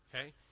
okay